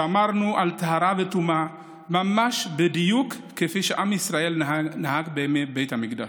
שמרנו על טהרה וטומאה ממש בדיוק כפי שעם ישראל נהג בימי בית המקדש: